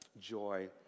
joy